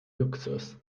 luxus